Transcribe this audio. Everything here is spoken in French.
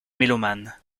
mélomanes